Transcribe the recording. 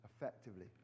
effectively